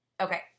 Okay